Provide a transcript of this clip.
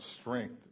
strength